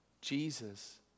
Jesus